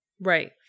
Right